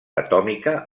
atòmica